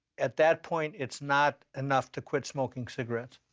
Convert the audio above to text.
at that point, it's not enough to quit smoking cigarettes.